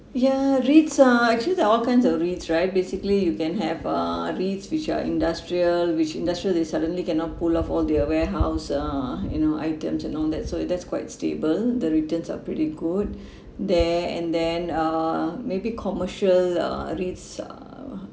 ya REITS ah actually there are all kinds of REITS right basically you can have uh REITS which are industrial which industrial they suddenly cannot pull off all their warehouse uh you know items and all that so it's that's quite stable the returns are pretty good there and then uh maybe commercial uh REITS err